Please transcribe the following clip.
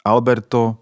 Alberto